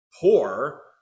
poor